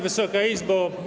Wysoka Izbo!